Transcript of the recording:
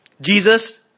Jesus